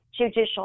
judicial